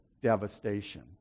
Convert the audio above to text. devastation